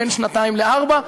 בין שנתיים לארבע,